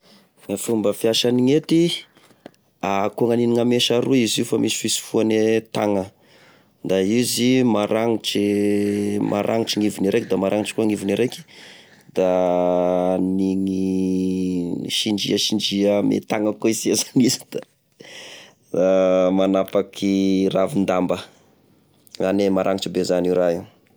E fomba fiasany gn'hety ako gnaniny gn'amesa roa izy io fa misy fisofoany e tagna da izy maranitra ivony raiky, da maranitry koa ivony e raiky, da amin'igny sindria sindria ame tagna akô sia zany izy da, manapaky ravin-damba zany hoe maragnitra be zany io raha io.